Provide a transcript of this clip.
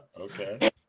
Okay